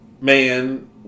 man